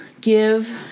give